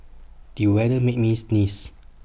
the weather made me sneeze